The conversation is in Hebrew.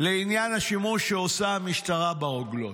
לעניין השימוש שעושה המשטרה ברוגלות.